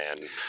man